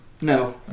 No